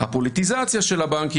הפוליטיזציה של הבנקים,